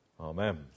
Amen